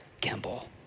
Kimball